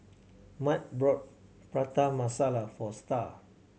Mat bought Prata Masala for Star